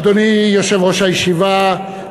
אדוני יושב-ראש הישיבה,